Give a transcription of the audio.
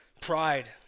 Pride